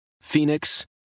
phoenix